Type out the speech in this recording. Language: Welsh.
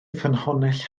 ffynhonnell